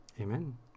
Amen